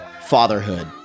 fatherhood